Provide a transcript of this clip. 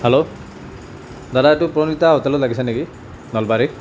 hello দাদা এইটো প্ৰনিতা হোটেলত লাগিছে নেকি নলবাৰীত